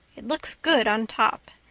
it looks good on top.